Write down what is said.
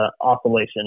oscillation